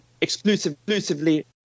exclusively